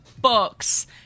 books